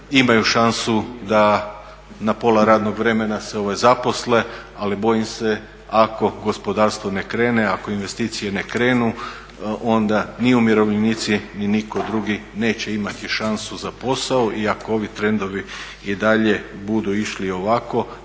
imaju šansu da na pola radnog vremena se zaposle, ali bojim se ako gospodarstvo ne krene, ako investicije ne krenu, onda ni umirovljenici ni nitko drugi neće imati šansu za posao i ako ovi trendovi i dalje budu išli ovako,